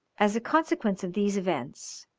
as a consequence of these events,